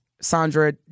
Sandra